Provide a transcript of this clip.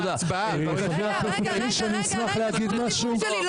--- רגע, זכות הדיבור שלי.